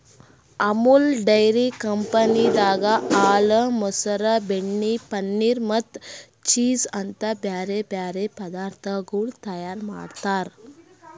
Amul dairy ಕಂಪನಿದಾಗ್ ಹಾಲ, ಮೊಸರ, ಬೆಣ್ಣೆ, ಪನೀರ್ ಮತ್ತ ಚೀಸ್ ಅಂತ್ ಬ್ಯಾರೆ ಬ್ಯಾರೆ ಪದಾರ್ಥಗೊಳ್ ತೈಯಾರ್ ಮಾಡ್ತಾರ್